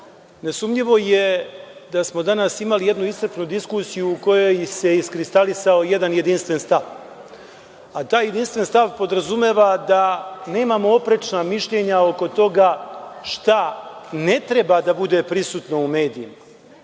nesumnjivo je da smo danas imali jednu iscrpnu diskusiju u kojoj se iskristalisao jedan jedinstven stav, a taj jedinstven stav podrazumeva da nemamo oprečna mišljenja oko toga šta ne treba da bude prisutno u medijima.